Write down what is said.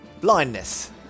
Blindness